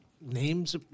names